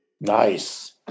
Nice